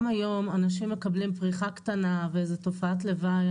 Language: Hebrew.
גם היום אנשים מקבלים פריחה קטנה ואיזו תופעת לוואי,